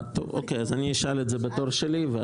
אני אשאל את זה בתור שלי.